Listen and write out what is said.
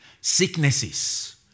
Sicknesses